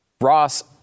Ross